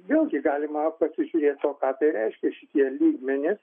vėlgi galima pasižiūrėt o ką tai reiškia šitie lygmenys